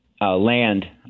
land